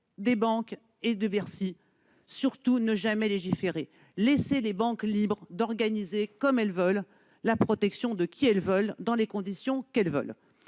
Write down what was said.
mais aussi de Bercy, qui souhaite laisser les banques libres d'organiser comme elles veulent la protection de qui elles veulent dans les conditions qu'elles veulent.